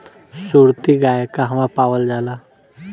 सुरती गाय कहवा पावल जाला?